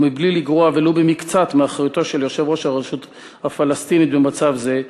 ומבלי לגרוע ולו במקצת מאחריותו של יושב-ראש הרשות הפלסטינית למצב זה,